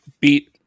beat